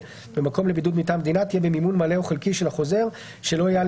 במקום לבידוד מטעם המדינה תהיה במימון מלא או חלקי של החוזר שלא יעלה